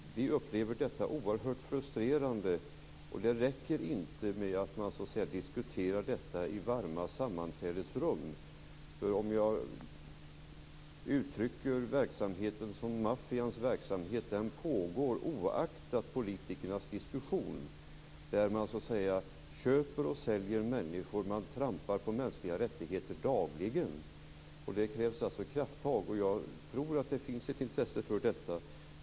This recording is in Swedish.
Vi upplever detta som oerhört frustrerande, och det räcker inte med att man så att säga diskuterar detta i varma sammanträdesrum. Om jag uttrycker verksamheten som maffians verksamhet, så pågår den oaktat politikernas diskussion. Man köper och säljer människor, man trampar på mänskliga rättigheter dagligen, och det krävs alltså krafttag. Och jag tror att det finns ett intresse för detta.